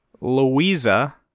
Louisa